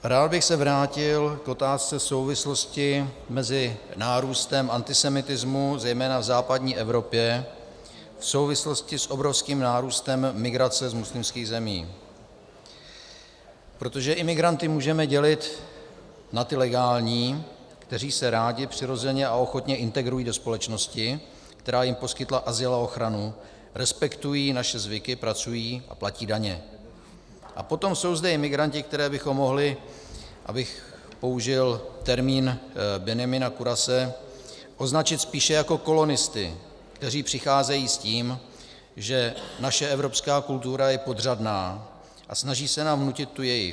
Rád bych se vrátil k otázce souvislosti mezi nárůstem antisemitismu, zejména v západní Evropě, v souvislosti s obrovským nárůstem migrace z muslimských zemí, protože imigranty můžeme dělit na ty legální, kteří se rádi, přirozeně a ochotně integrují do společnosti, která jim poskytla azyl a ochranu, respektují naše zvyky, pracují, platí daně, a potom jsou zde imigranti, které bychom mohli, abych použil termín Benjamina Kurase, označit spíše jako kolonisty, kteří přicházejí s tím, že naše evropská kultura je podřadná, a snaží se nám vnutit tu jejich.